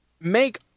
make